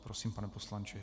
Prosím, pane poslanče.